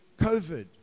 COVID